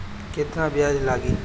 केतना ब्याज लागी?